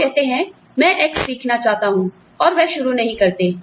आप कहते हैं मैं X सीखना चाहता हूं और वह शुरू नहीं करते